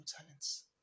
talents